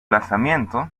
lanzamiento